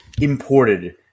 imported